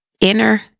inner